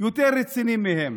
יותר רציניים מהם,